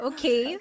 Okay